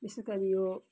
विशेष गरी यो